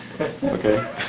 okay